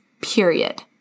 period